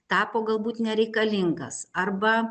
tapo galbūt nereikalingas arba